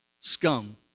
scum